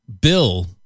bill